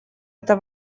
это